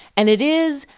and it is,